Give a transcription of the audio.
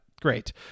great